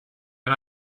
and